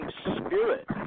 spirit